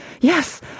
yes